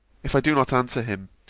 if i do not answer him,